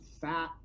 fat